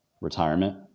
retirement